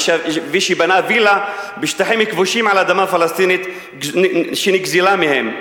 ושבנה וילה בשטחים כבושים על אדמה פלסטינית שנגזלה מהם,